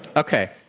okay.